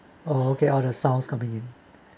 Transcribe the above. oh okay all the sounds convenient